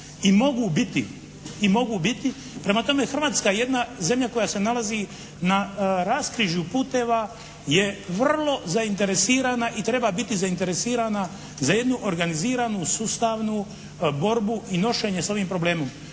i mogu biti. Prema tome Hrvatska je jedna zemlja koja se nalazi na raskrižju puteva, je vrlo zainteresirana i treba biti zainteresirana za jednu organiziranu sustavnu borbu i nošenje s ovim problemom.